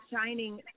shining